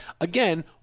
again